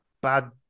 bad